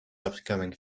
upcoming